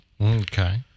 Okay